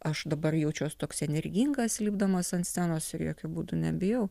aš dabar jaučiuos toks energingas lipdamas ant scenos ir jokiu būdu nebijau